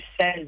says